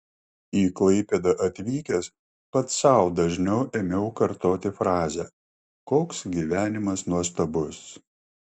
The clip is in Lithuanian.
į klaipėdą atvykęs pats sau dažniau ėmiau kartoti frazę koks gyvenimas nuostabus